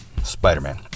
Spider-Man